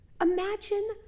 imagine